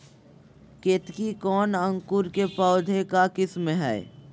केतकी कौन अंकुर के पौधे का किस्म है?